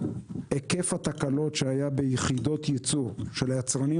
היקף התקלות שהיה ביחידות ייצור של היצרנים